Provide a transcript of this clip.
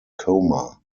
coma